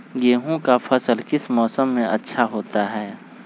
गेंहू का फसल किस मौसम में अच्छा होता है?